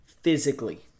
physically